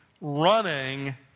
running